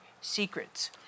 secrets